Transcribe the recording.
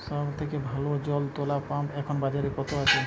সব থেকে ভালো জল তোলা পাম্প এখন বাজারে কত আছে?